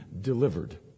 delivered